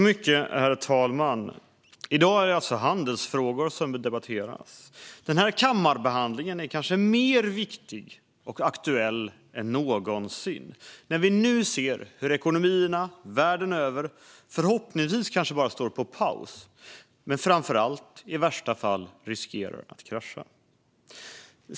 Herr talman! I dag är det handelsfrågor som debatteras. Denna kammarbehandling är kanske mer viktig och aktuell än någonsin när vi nu ser hur ekonomierna världen över förhoppningsvis kanske bara står på paus men i värsta fall riskerar att krascha.